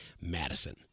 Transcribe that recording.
Madison